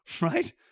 Right